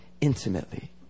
intimately